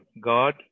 God